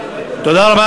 תודה רבה.